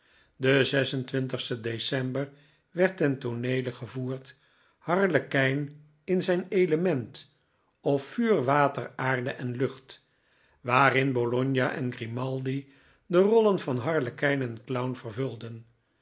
den sten december werd ten tooneele gevoerd harlekijn in zijn element of vuur water aarde en lucht waarin bologna en grimaldi de rollen van harlekijn en clown vervulden